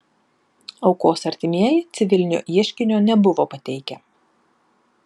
aukos artimieji civilinio ieškinio nebuvo pateikę